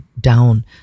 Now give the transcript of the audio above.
down